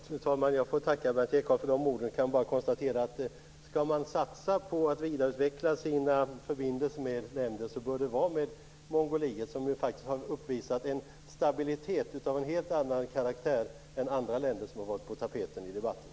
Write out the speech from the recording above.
Fru talman! Jag får tacka Berndt Ekholm för de orden. Jag kan bara konstatera att man, om man skall satsa på att vidareutveckla sina förbindelser med länder, bör göra det med Mongoliet. Mongoliet har faktiskt uppvisat en stabilitet av en helt annan karaktär än andra länder som har varit på tapeten i debatten.